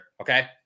okay